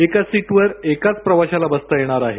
एका सीटवर एकाच प्रवाशाला बसता येणार आहे